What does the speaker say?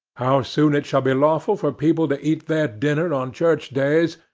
how soon it shall be lawful for people to eat their dinner on church days,